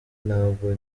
ntabwo